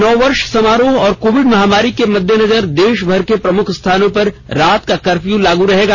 नववर्ष समारोहों और कोविड महामारी के मद्देनजर देशभर के प्रमुख स्थानों पर रात का कर्फ्यू लागू रहेगा